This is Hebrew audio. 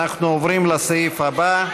אנחנו עוברים לנושא הבא.